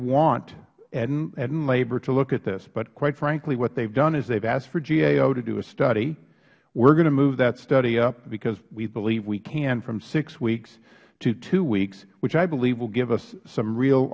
want ed and labor to look at this but quite frankly what they have done is they have asked for gao to do a study we are going to move that study up because we believe we can from six weeks to two weeks which i believe will give us some real